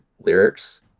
lyrics